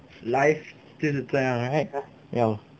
life 就是这样 right 要